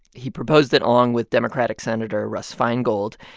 he proposed it along with democratic senator russ feingold,